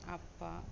அப்பா